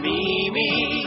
Mimi